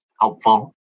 helpful